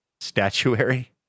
statuary